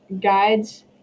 guides